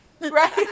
right